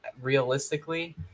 realistically